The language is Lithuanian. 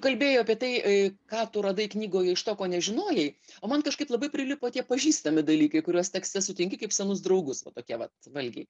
kalbėjo apie tai ką tu radai knygoje iš to ko nežinojai o man kažkaip labai prilipo tie pažįstami dalykai kuriuos tekste sutinki kaip senus draugus va tokie vat valgiai